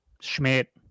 schmidt